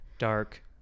Dark